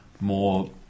more